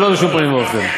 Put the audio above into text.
בשום פנים ואופן.